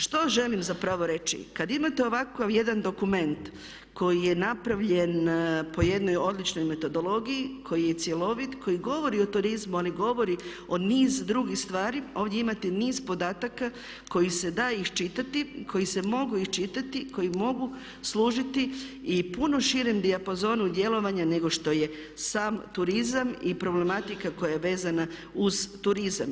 Što želim zapravo reći kada imate ovakav jedan dokument koji je napravljen po jednoj odličnoj metodologiji, koji je cjelovit, koji govori o turizmu … govori o niz drugih stvari, ovdje imate niz podataka koji se daju iščitati, koji se mogu iščitati, koji mogu služiti i puno širem dijapazonu djelovanja nego što je sam turizam i problematika koja je vezana uz turizam.